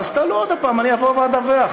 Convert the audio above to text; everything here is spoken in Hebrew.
אז תעלו עוד הפעם ואבוא ואדווח.